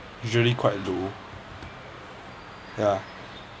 usually quite low ya